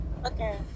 Okay